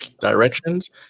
directions